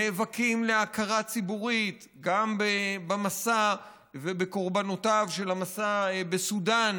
נאבקים להכרה ציבורית גם במסע ובקורבנותיו של המסע בסודן,